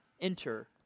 enter